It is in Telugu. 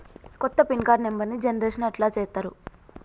కొత్త పిన్ కార్డు నెంబర్ని జనరేషన్ ఎట్లా చేత్తరు?